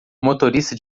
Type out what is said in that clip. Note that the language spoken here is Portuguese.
motorista